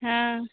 हँ